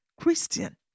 Christian